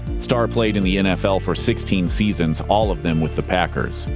starr played in the nfl for sixteen seasons, all of them with the packers.